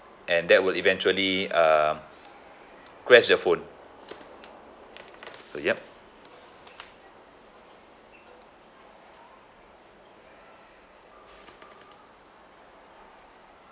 and that will eventually um crash the phone so yup